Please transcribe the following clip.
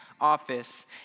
office